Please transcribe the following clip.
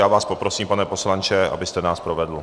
Já vás poprosím, pane poslanče, abyste nás provedl.